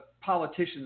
politicians